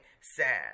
sad